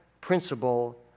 principle